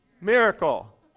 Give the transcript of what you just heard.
miracle